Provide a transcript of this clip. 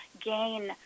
gain